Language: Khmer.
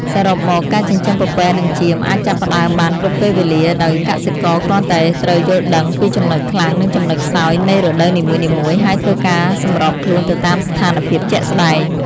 សរុបមក ការចិញ្ចឹមពពែនិងចៀមអាចចាប់ផ្តើមបានគ្រប់ពេលវេលា ដោយកសិករគ្រាន់តែត្រូវយល់ដឹងពីចំណុចខ្លាំងនិងចំណុចខ្សោយនៃរដូវនីមួយៗ ហើយធ្វើការសម្របខ្លួនទៅតាមស្ថានភាពជាក់ស្តែង។